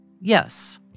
Yes